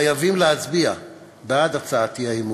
חייבים להצביע בעד הצעת האי-אמון,